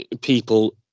people